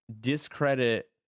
discredit